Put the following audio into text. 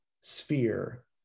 sphere